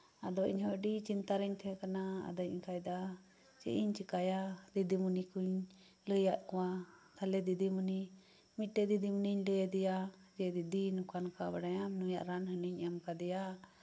ᱟᱫᱚ ᱤᱧ ᱦᱚᱸ ᱟᱹᱰᱤ ᱪᱤᱱᱛᱟᱹ ᱨᱤᱧ ᱛᱟᱦᱮᱸ ᱠᱟᱱᱟ ᱟᱫᱚᱧ ᱚᱱᱠᱟᱭ ᱮᱫᱟ ᱪᱮᱫ ᱤᱧ ᱪᱤᱠᱟᱹᱭᱟ ᱫᱤᱫᱤᱢᱚᱱᱤ ᱠᱚᱧ ᱞᱟᱹᱭ ᱟᱫ ᱠᱚᱣᱟ ᱛᱟᱦᱞᱮ ᱫᱤᱫᱤᱢᱚᱱᱤ ᱢᱤᱫᱴᱮᱱ ᱫᱤᱫᱤᱢᱚᱱᱤᱧ ᱞᱟᱹᱭ ᱟᱫᱮᱭᱟ ᱡᱮ ᱮ ᱫᱤᱫᱤ ᱱᱚᱝᱠᱟ ᱱᱚᱝᱠᱟ ᱵᱟᱲᱟᱭᱟᱢ ᱱᱩᱭᱟᱜ ᱨᱟᱱ ᱦᱟᱹᱱᱤᱧ ᱮᱢ ᱠᱟᱣᱫᱮᱭᱟ